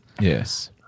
Yes